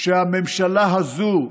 שהממשלה הזו,